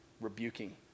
rebuking